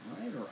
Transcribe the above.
right